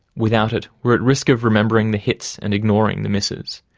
without it, we're at risk of remembering the hits and ignoring the misses.